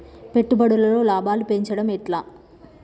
పెట్టుబడులలో లాభాలను పెంచడం ఎట్లా?